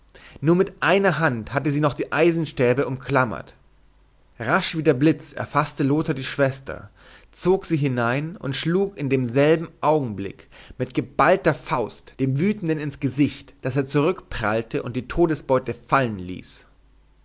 nur mit einer hand hatte sie noch die eisenstäbe umklammert rasch wie der blitz erfaßte lothar die schwester zog sie hinein und schlug im demselben augenblick mit geballter faust dem wütenden ins gesicht daß er zurückprallte und die todesbeute fallen ließ